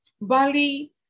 Bali